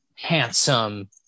handsome